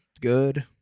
good